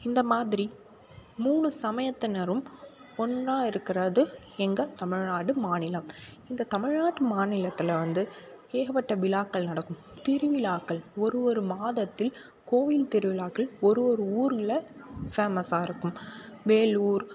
இந்த மாதிரி மூணு சமயத்தினரும் ஒன்றா இருக்கிறது எங்கள் தமிழ்நாடு மாநிலம் இந்த தமிழ்நாட்டு மாநிலத்தில் வந்து ஏகப்பட்ட விழாக்கள் நடக்கும் திருவிழாக்கள் ஒரு ஒரு மாதத்தில் கோவில் திருவிழாக்கள் ஒரு ஒரு ஊரில் ஃபேமஸாக இருக்கும் வேலூர்